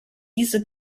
diese